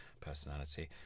personality